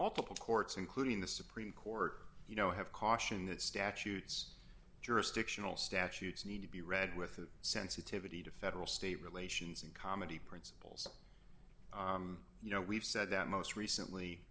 multiple courts including the supreme court you know have caution that statutes jurisdictional statutes need to be read with a sensitivity to federal state relations and comedy principles you know we've said that most recently